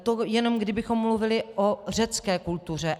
To jenom kdybychom mluvili o řecké kultuře.